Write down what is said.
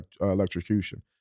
electrocution